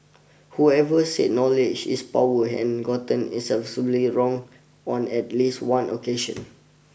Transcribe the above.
whoever said knowledge is power gotten it absolutely wrong on at least one occasion